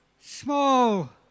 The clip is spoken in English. small